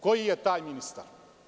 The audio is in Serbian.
Koji je taj ministar?